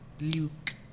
Luke